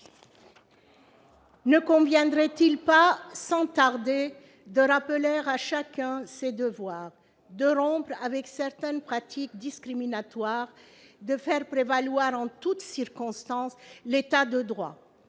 ne conviendrait-il pas, sans tarder, de rappeler à chacun ses devoirs, de rompre avec certaines pratiques discriminatoires et de faire prévaloir en toutes circonstances l'État de droit ?